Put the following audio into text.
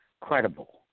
credible